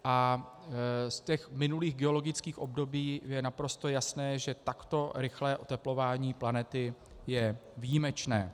A z těch minulých geologických období je naprosto jasné, že takto rychlé oteplování planety je výjimečné.